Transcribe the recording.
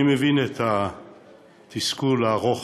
אני מבין את התסכול הארוך,